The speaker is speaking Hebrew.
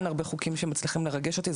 אין הרבה חוקים שמצליחים לרגש אותי,